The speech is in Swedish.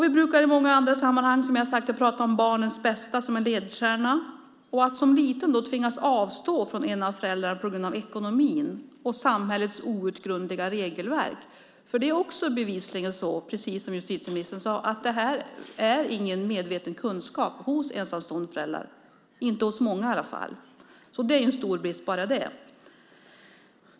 Vi brukar i många andra sammanhang, som jag har sagt, prata om barnens bästa som en ledstjärna. Ska man då som liten tvingas avstå från en av föräldrarna på grund av ekonomin och samhällets outgrundliga regelverk? För det är också bevisligen så, precis som justitieministern sade, att det här inte är någon medveten kunskap hos ensamstående föräldrar, inte hos många i alla fall. Det är en stor brist bara det.